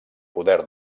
poder